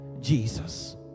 Jesus